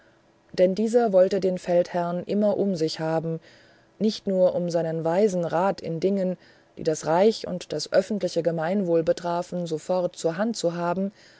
denn dieser wollte den feldherrn immer um sich sehen nicht nur um seinen weisen rat in dingen die das reich und das öffentliche gemeinwohl betrafen sofort zur hand zu haben